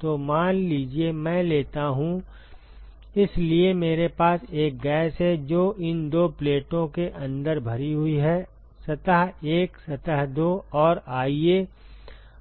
तो मान लीजिए मैं लेता हूँइसलिए मेरे पास एक गैस है जो इन दो प्लेटों के अंदर भरी हुई है सतह 1 सतह 2 और आइए